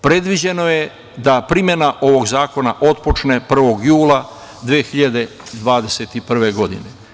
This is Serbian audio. Predviđeno da primena ovog zakona otpočne 1. jula 2021. godine.